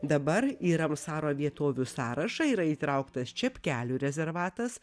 dabar į ramsaro vietovių sąrašą yra įtrauktas čepkelių rezervatas